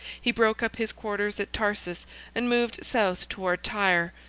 he broke up his quarters at tarsus and moved south toward tyre,